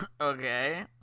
Okay